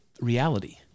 reality